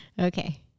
Okay